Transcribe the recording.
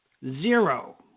Zero